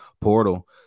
portal